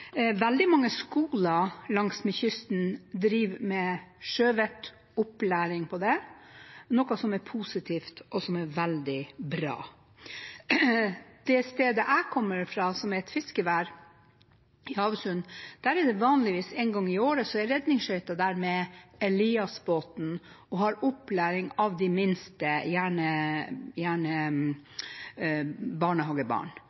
Veldig mange skoler langsmed kysten driver med sjøvettopplæring, noe som er positivt og veldig bra. På det stedet jeg kommer fra, fiskeværet Havøysund, er det vanligvis slik at redningsskøyta Elias er der en gang i året og har opplæring av de minste, gjerne barnehagebarn,